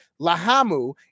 lahamu